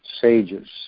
sages